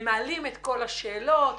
מעלים את כל השאלות,